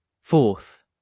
Fourth